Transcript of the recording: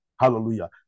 Hallelujah